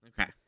Okay